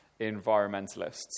environmentalists